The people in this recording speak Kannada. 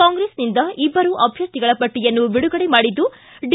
ಕಾಂಗ್ರೆಸ್ನಿಂದ ಇಬ್ಬರು ಅಭ್ಯರ್ಥಿಗಳ ಪಟ್ಟಿಯನ್ನು ಬಿಡುಗಡೆ ಮಾಡಿದ್ದು ಡಿ